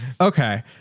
Okay